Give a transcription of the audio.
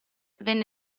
venne